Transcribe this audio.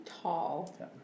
tall